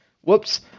Whoops